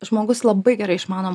žmogus labai gerai išmano